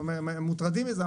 אנחנו מוטרדים מזה.